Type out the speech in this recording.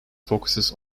focuses